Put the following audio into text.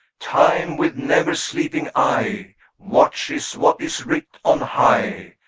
time with never sleeping eye watches what is writ on high,